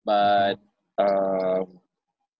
but um